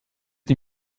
die